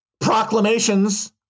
proclamations